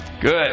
Good